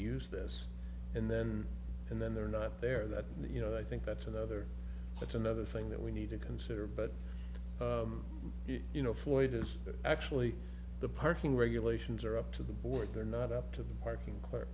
use this and then and then they're not there that you know i think that's another that's another thing that we need to consider but you know floyd is that actually the parking regulations are up to the board they're not up to the parking